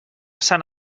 sant